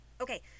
Okay